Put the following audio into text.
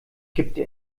kippte